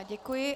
Děkuji.